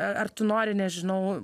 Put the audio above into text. a ar tu nori nežinau